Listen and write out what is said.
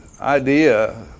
idea